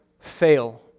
fail